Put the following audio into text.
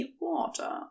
water